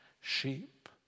sheep